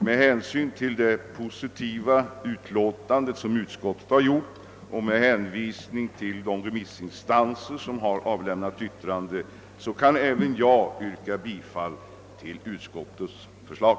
Med hänvisning till det positiva uttalande som utskottet gjort och de av remissinstanserna avlämnade yttrandena kan även jag yrka bifall till utskottets förslag.